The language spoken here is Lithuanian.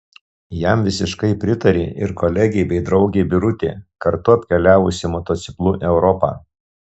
jam visiškai pritarė ir kolegė bei draugė birutė kartu apkeliavusi motociklu europą